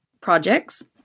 projects